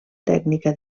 tècnica